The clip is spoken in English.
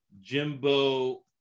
Jimbo